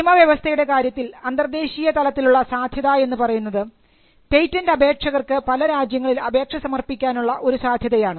നിയമവ്യവസ്ഥയുടെ കാര്യത്തിൽ അന്തർദേശീയ തലത്തിലുള്ള സാധ്യത എന്നു പറയുന്നത് പേറ്റന്റ് അപേക്ഷകർക്ക് പല രാജ്യങ്ങളിൽ അപേക്ഷ സമർപ്പിക്കാനുള്ള ഒരു സാധ്യതയാണ്